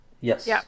Yes